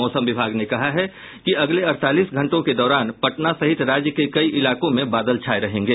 मौसम विभाग ने कहा है कि अगले अड़तालीस घंटों के दौरान पटना सहित राज्य के कई इलाकों में बादल छाये रहेंगे